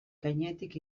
gainetik